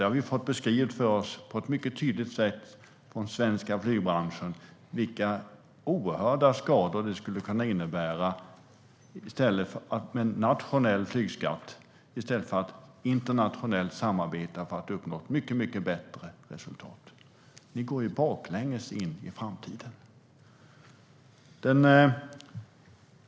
Vi har på ett mycket tydligt sätt fått beskrivet för oss från Svenska Flygbranschen vilka oerhörda skador det skulle innebära med en nationell flygskatt i stället för att internationellt samarbeta för att uppnå ett mycket bättre resultat. Ni går baklänges in i framtiden.